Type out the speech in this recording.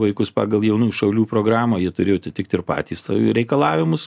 vaikus pagal jaunųjų šaulių programą ji turėjo atitikti ir patys tai reikalavimus